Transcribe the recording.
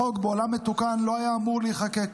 בעולם מתוקן החוק לא היה אמור להיחקק,